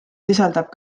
sisaldab